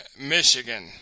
Michigan